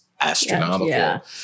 astronomical